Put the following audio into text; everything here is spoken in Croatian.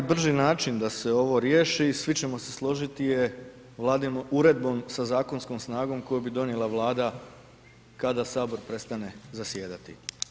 Najbrži način da se ovo riješi i svi ćemo se složiti je Vladinom uredbom sa zakonskom snagom koju bi donijela Vlada kada sabor prestane zasjedati.